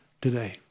today